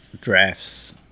drafts